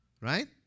Right